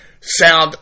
sound